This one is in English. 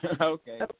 Okay